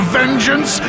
vengeance